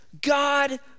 God